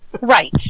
Right